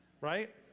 Right